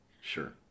sure